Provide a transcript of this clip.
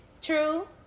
true